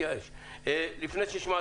סוגיה שצריך